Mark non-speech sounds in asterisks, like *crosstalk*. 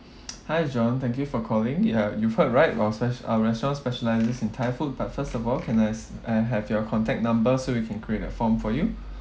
*noise* hi john thank you for calling uh you've heard right our spe~ our restaurant's specialises in thai food but first of all can I I have your contact number so we can create a form for you